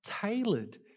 tailored